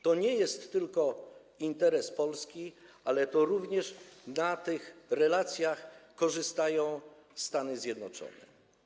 To nie jest tylko interes Polski - również na tych relacjach korzystają Stany Zjednoczone.